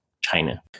China